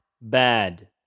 Bad